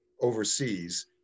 overseas